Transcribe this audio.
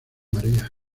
maría